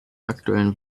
aktuellen